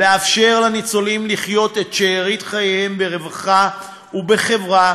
היא לאפשר לניצולים לחיות את שארית חייהם ברווחה ובחברה,